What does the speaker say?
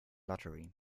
lottery